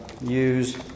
use